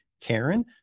Karen